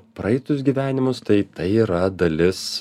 praeitus gyvenimus taip tai yra dalis